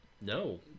No